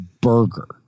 burger